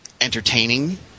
entertaining